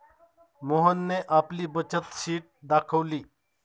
मोहनने आपली बचत शीट दाखवली